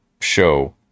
show